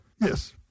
Yes